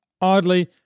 oddly